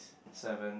seven